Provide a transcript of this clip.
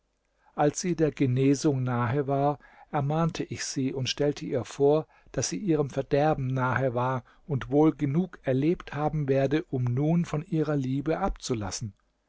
als sie der genesung nahe war ermahnte ich sie und stellte ihr vor daß sie ihrem verderben nahe war und wohl genug erlebt haben werde um nun von ihrer liebe abzulassen